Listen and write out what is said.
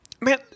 Man